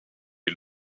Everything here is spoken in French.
est